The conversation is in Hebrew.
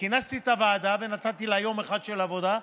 כינסתי את הוועדה ונתתי לה יום אחד של עבודה,